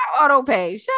Auto-pay